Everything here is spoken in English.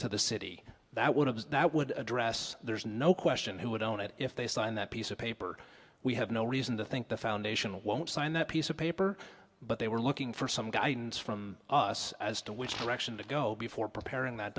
to the city that one of us now would address there's no question who would own it if they signed that piece of paper we have no reason to think the foundation won't sign that piece of paper but they were looking for some guidance from us as to which direction to go before preparing that